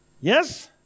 Yes